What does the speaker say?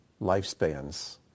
lifespans